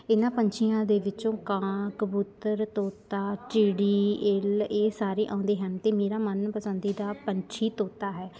ਇਹਨਾਂ ਪੰਛੀਆਂ ਦੇ ਵਿੱਚੋਂ ਕਾਂ ਕਬੂਤਰ ਤੋਤਾ ਚਿੜੀ ਇੱਲ ਇਹ ਸਾਰੇ ਆਉਂਦੇ ਹਨ ਅਤੇ ਮੇਰਾ ਮਨਪਸੰਦੀਦਾ ਪੰਛੀ ਤੋਤਾ ਹੈ